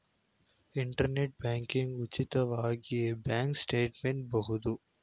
internet banking ಉಚಿತವಾಗಿ bank statement ಬಹುದು